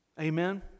Amen